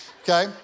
Okay